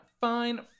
fine